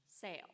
sale